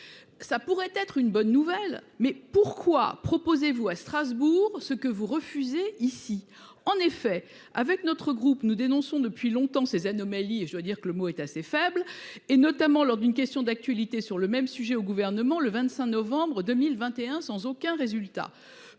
Ça pourrait être une bonne nouvelle mais pourquoi proposez-vous à Strasbourg ce que vous refusez ici en effet avec notre groupe nous dénonçons depuis longtemps ces anomalies et je dois dire que le mot est assez faible et notamment lors d'une question d'actualité sur le même sujet au gouvernement le 25 novembre 2021 sans aucun résultat.